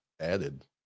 added